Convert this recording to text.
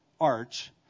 arch